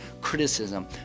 criticism